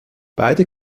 beide